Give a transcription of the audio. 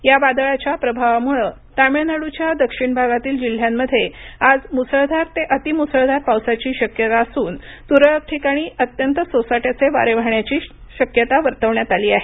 या वादळाच्या प्रभावामुळं तामिळनाडूच्या दक्षिण भागातील जिल्ह्यांमध्ये आज मुसळधार ते अतिमुसळधार पावसाची शक्यता असून तुरळक ठिकाणी अत्यंत सोसाट्याचे वारे वाहण्याची शक्यता वर्तवण्यात आली आहे